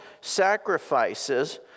sacrifices